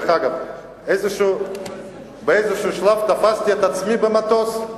באיזה שלב תפסתי את עצמי במטוס,